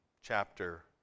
chapter